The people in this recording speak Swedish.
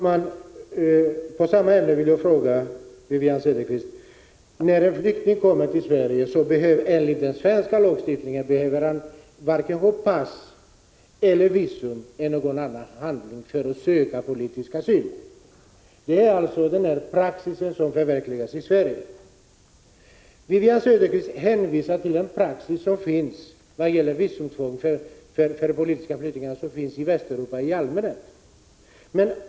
Herr talman! När en flykting kommer till Sverige behöver han enligt den svenska lagstiftningen inte ha vare sig pass, visum eller någon annan handling för att söka politisk asyl. Det är alltså den praxis som följs i Sverige. Wivi-Anne Cederqvist hänvisar till den praxis i vad gäller visumtvång för politiska flyktingar som följs i Västeuropa i allmänhet.